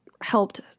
helped